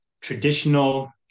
traditional